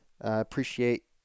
appreciate